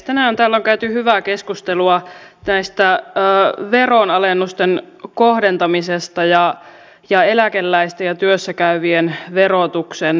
tänään täällä on käyty hyvää keskustelua veronalennusten kohdentamisesta ja eläkeläisten ja työssä käyvien verotuksen erilaisuudesta